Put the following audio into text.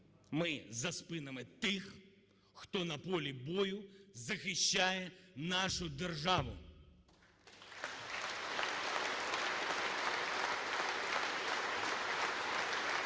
ми за спинами тих, хто на полі бою захищає нашу державу.